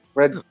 red